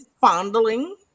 fondling